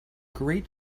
great